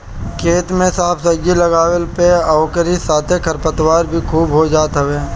खेत में साग सब्जी लगवला पे ओकरी साथे खरपतवार भी खूब हो जात हवे